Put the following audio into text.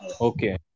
Okay